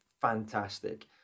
fantastic